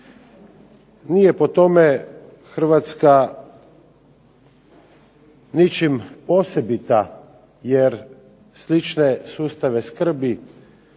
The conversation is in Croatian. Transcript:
Nije po tome Hrvatska ničim posebita jer slične sustave skrbi